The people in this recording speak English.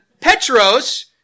Petros